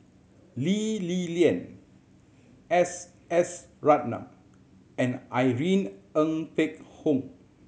Lee Li Lian S S Ratnam and Irene Ng Phek Hoong